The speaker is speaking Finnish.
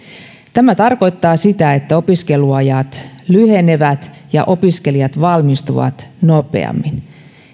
tämä tarkoittaa sitä että opiskeluajat lyhenevät ja opiskelijat valmistuvat nopeammin